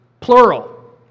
plural